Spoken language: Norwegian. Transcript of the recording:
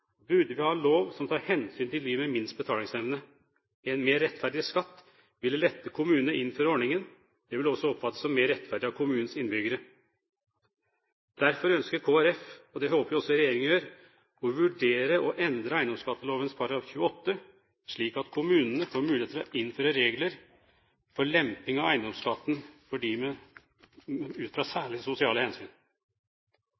burde vi ha en lov som tar hensyn til dem med minst betalingsevne. En mer rettferdig skatt ville lette kommunene når det gjelder å innføre ordningen. Det vil også oppfattes som mer rettferdig av kommunenes innbyggere. Derfor ønsker Kristelig Folkeparti – og det håper jeg også at regjeringen gjør – å vurdere å endre eiendomsskatteloven § 28, slik at kommunene får muligheter til å innføre regler for lemping av eiendomsskatten ut fra